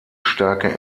starke